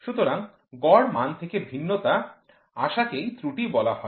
সুতরাং গড়মান থেকে ভিন্নতা আসাকেই ত্রুটি বলা হয়